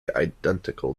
identical